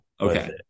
Okay